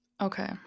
okay